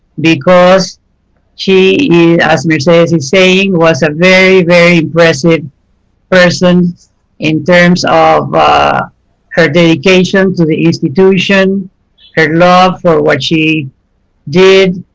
because she as mercedes was and saying, was a very, very impressive person in terms of ah her dedication to the institution her love for what she did,